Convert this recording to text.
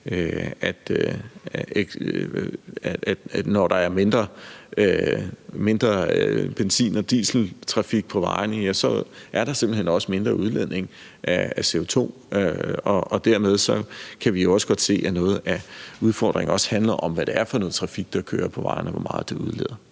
at når der er mindre benzin- og dieseltrafik på vejene, så er der simpelt hen også mindre udledning af CO₂, og dermed kan vi også godt se, at noget af udfordringen også handler om, hvad det er for noget trafik, der kører på vejene, og hvor meget det udleder.